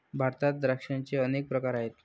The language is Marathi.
भारतात द्राक्षांचे अनेक प्रकार आहेत